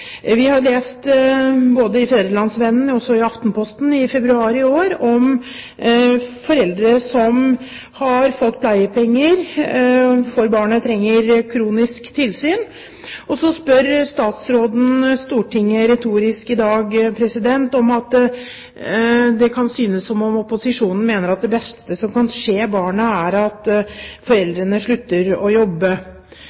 Vi har lest både i Fædrelandsvennen og også i Aftenposten i februar i år om foreldre som har fått pleiepenger fordi barnet trenger tilsyn på grunn av en kronisk lidelse. Så spør statsråden Stortinget retorisk i dag om opposisjonen mener at det beste som kan skje barnet, er at